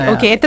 Okay